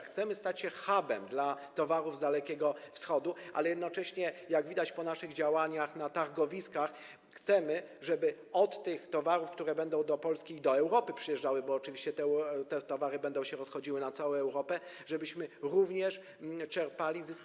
Chcemy stać się hubem dla towarów z Dalekiego Wschodu, ale jednocześnie, jak widać po naszych działaniach na targowiskach, chcemy z tych towarów, które będą do Polski i do Europy przyjeżdżały - bo oczywiście te towary będą się rozchodziły na całą Europę - jako budżet państwa również czerpać zyski.